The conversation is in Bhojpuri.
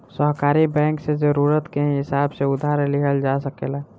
सहकारी बैंक से जरूरत के हिसाब से उधार लिहल जा सकेला